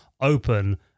open